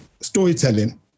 Storytelling